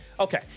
Okay